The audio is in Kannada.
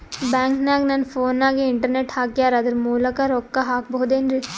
ಬ್ಯಾಂಕನಗ ನನ್ನ ಫೋನಗೆ ಇಂಟರ್ನೆಟ್ ಹಾಕ್ಯಾರ ಅದರ ಮೂಲಕ ರೊಕ್ಕ ಹಾಕಬಹುದೇನ್ರಿ?